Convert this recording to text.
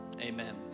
amen